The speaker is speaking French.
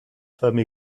femmes